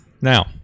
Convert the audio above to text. now